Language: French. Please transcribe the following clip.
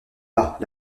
pas